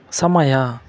ಸಮಯ